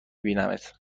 بینمت